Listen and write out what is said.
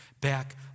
back